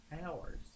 hours